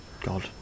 God